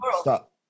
stop